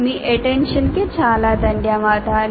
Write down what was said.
మీ attentionకు చాలా ధన్యవాదాలు